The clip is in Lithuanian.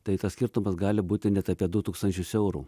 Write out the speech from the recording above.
tai tas skirtumas gali būti net apie du tūkstančius eurų